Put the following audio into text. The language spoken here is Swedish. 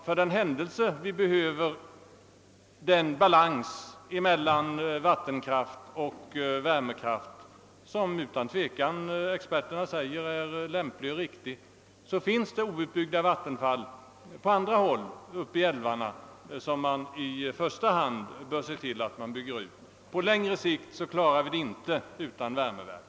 För att upprätthålla den balans mellan vattenkraft och värmekraft som experterna angivit som lämplig bör vi i första hand utnyttja ännu outbyggda vattenfall på andra håll uppe i älvarna. På längre sikt klarar vi inte energiförsörjningen utan värmeverk.